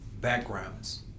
backgrounds